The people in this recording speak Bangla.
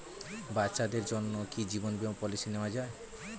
বাচ্চাদের জন্য কি জীবন বীমা পলিসি নেওয়া যায়?